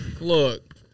Look